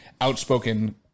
outspoken